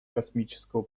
космического